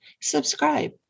subscribe